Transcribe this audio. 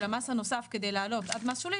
של המס הנוסף כדי לעלות עד מס שולי,